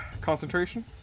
concentration